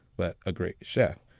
but a great chef.